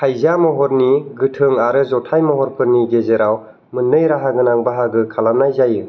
थाइजा महरनि गोथों आरो जथाइ महरफोरनि गेजेराव मोननै राहागोनां बाहागो खालामनाय जायो